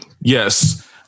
Yes